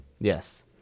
Yes